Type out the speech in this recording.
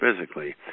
physically